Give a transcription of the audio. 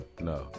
No